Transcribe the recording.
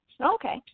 Okay